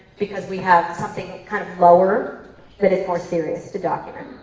because we have something kind of lower that is more serious to document.